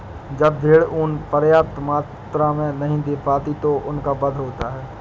जब भेड़ ऊँन पर्याप्त मात्रा में नहीं दे पाती तो उनका वध होता है